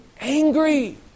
Angry